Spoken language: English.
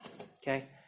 Okay